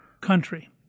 country